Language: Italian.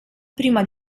prima